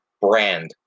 brand